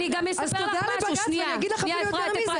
אז תודה לבג"צ ואני אגיד יותר מזה,